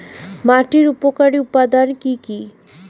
মাটির উপকারী উপাদান কি কি?